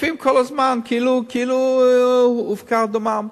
תוקפים כל הזמן כאילו הופקר דמם.